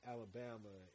Alabama